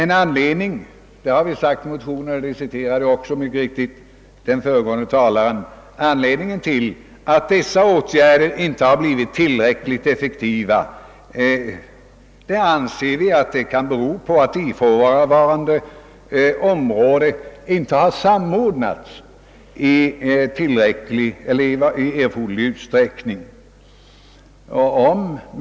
I motionerna har vi — som den föregående ärade talaren mycket riktigt påpekade — framhållit att anledningen till att de hittills vidtagna åtgärderna inte blivit tillräckligt effektiva enligt vår mening är att verksamheten på ifrågavarande områden inte samordnats i erforderlig utsträckning.